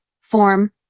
form